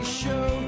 show